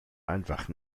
einfach